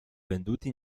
venduti